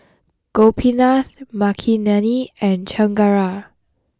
Gopinath Makineni and Chengara